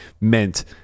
meant